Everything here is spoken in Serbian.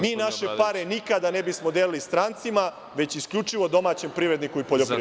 Mi naše pare nikada ne bismo delili strancima već isključivo domaćem privredniku i poljoprivredniku.